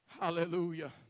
hallelujah